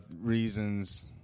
reasons